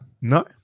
No